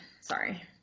sorry